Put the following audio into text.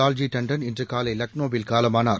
வால்ஜி தாண்டன் இன்றுகாலைலக்னோவில் காலமானர்